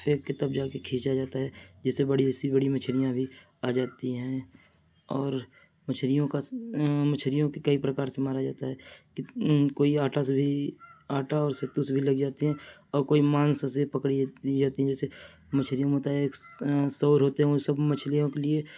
پھینک کے تب جا کے کھینچا جاتا ہے جس سے بڑی ایسی بڑی مچھلیاں بھی آ جاتی ہیں اور مچھلیوں کا مچھلیوں کے کئی پرکار سے مارا جاتا ہے کہ کوئی آٹا سے بھی آٹا اور سو سے بھی لگ جاتی ہیں اور کوئی مانس سے پکڑی دی جاتی ہیں جیسے مچھلیوں میں ہوتا ہے ایک سور ہوتے ہیں وہ سب مچھلیوں کے لیے